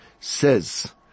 says